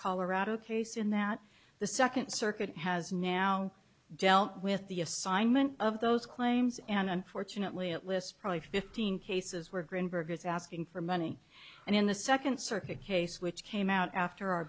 colorado case in that the second circuit has now dealt with the assignment of those claims and unfortunately it lists probably fifteen cases where greenberg is asking for money and in the second circuit case which came out after